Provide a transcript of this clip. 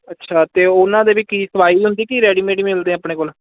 ਅੱਛਾ ਅਤੇ ਉਨ੍ਹਾਂ ਦੇ ਵੀ ਕੀ ਸਿਲਾਈ ਹੁੰਦੀ ਕਿ ਰੈਡੀਮੇਟ ਹੀ ਮਿਲਦੇ ਆਪਣੇ ਕੋਲ